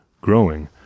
growing